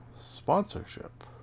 sponsorship